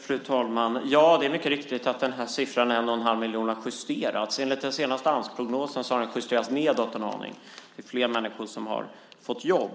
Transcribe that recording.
Fru talman! Siffran en och en halv miljon har mycket riktigt justerats. Enligt den senaste Amsprognosen har den justerats nedåt en aning. Det är flera människor som har fått jobb.